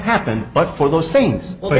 happened but for those things o